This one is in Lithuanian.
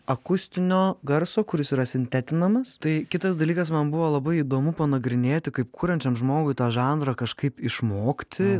akustinio garso kuris yra sintetinamas tai kitas dalykas man buvo labai įdomu panagrinėti kaip kuriančiam žmogui tą žanrą kažkaip išmokti pasinerti